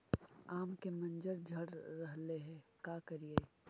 आम के मंजर झड़ रहले हे का करियै?